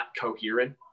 coherent